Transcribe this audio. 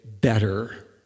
better